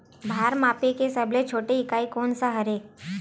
भार मापे के सबले छोटे इकाई कोन सा हरे?